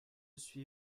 suis